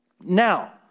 Now